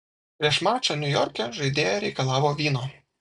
prieš mačą niujorke žaidėja reikalavo vyno